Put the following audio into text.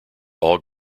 all